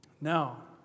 Now